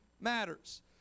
matters